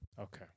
Okay